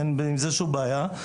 אין עם זה שום בעיה.